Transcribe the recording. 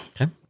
Okay